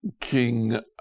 King